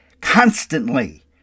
constantly